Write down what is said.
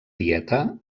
dieta